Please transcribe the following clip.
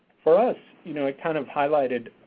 for us, you know, it kind of highlighted,